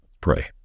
Pray